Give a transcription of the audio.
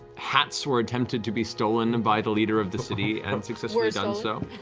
hats were attempted to be stolen by the leader of the city and successfully done so.